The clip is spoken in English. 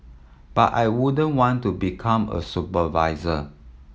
but I wouldn't want to become a supervisor